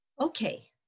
okay